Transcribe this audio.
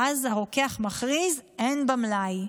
ואז הרוקח מכריז: אין במלאי.